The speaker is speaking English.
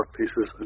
pieces